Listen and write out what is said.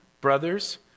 brothers